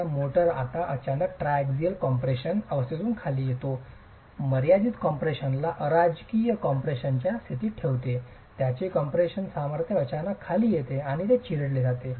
तर मोर्टार आता अचानक ट्रायझिअल कॉम्प्रेशनच्या triaxial compression अवस्थेतून खाली येतो मर्यादित कॉम्प्रेशनला अराजकीय कॉम्प्रेशनच्या स्थितीत ठेवते त्याचे कॉम्प्रेशन सामर्थ्य अचानक खाली येते आणि ते चिरडले जाते